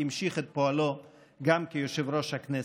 הוא המשיך את פועלו גם כיושב-ראש הקרן.